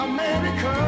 America